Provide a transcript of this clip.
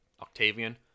Octavian